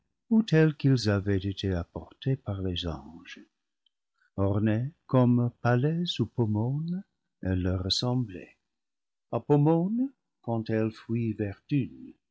tels qu'ils avaient été apportés par les anges ornée comme palès ou pomone elle leur ressemblait à pomone quand elle fuit